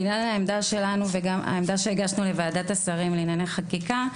לעניין העמדה שלנו וגם העמדה שהגשנו לוועדת השרים לענייני חקיקה,